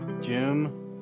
Jim